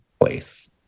place